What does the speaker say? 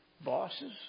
bosses